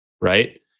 right